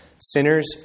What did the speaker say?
sinners